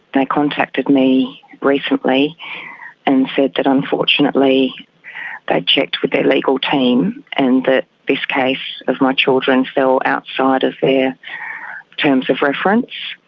they contacted me recently and said that unfortunately they'd checked with their legal team and that this case of my children fell outside of their terms of reference.